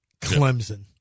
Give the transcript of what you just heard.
Clemson